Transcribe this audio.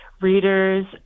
readers